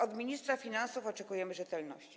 Od ministra finansów oczekujemy rzetelności.